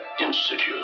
Institute